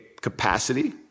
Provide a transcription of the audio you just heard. capacity